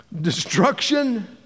destruction